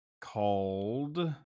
called